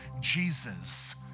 Jesus